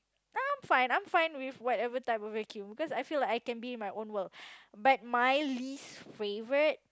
I'm fine I'm fine with whatever type of vacuum cause I feel like I can be in my own world but my least favourite